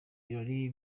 ibirori